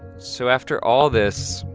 so after all this,